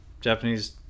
Japanese